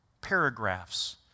paragraphs